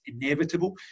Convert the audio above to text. inevitable